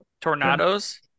Tornados